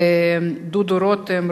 התשע"ב 2012,